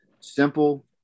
simple